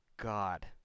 God